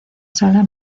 sala